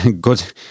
good